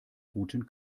guten